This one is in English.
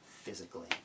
physically